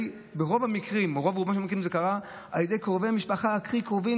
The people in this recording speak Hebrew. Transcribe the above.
ברוב-רובם של המקרים זה קרה על ידי קרובי משפחה הכי קרובים.